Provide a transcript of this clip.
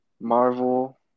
Marvel